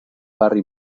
barri